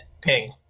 ping